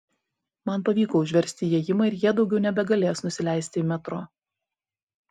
man pavyko užversti įėjimą ir jie daugiau nebegalės nusileisti į metro